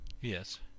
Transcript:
Yes